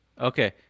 Okay